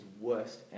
worst